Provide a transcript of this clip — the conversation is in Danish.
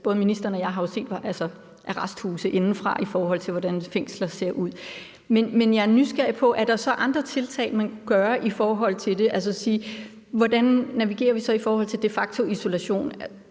Både ministeren og jeg har jo set arresthuse indefra, og vi ved, hvordan fængsler ser ud. Men jeg er nysgerrig på, om der så er andre tiltag, man kunne gøre i forhold til det. Altså, hvordan navigerer vi så i forhold til de facto isolation?